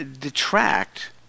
detract